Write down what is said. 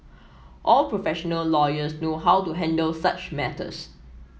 all professional lawyers know how to handle such matters